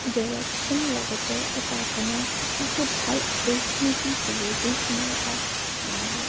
direction লগতে এটা আপোনাক বহুত ভাল অপৰশ্যোনিটি দিয়ে যিকোনো এটা